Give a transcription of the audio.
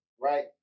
Right